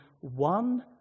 one